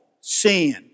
sin